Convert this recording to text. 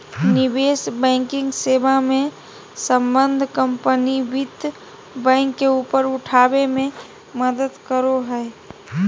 निवेश बैंकिंग सेवा मे सम्बद्ध कम्पनी वित्त बैंक के ऊपर उठाबे मे मदद करो हय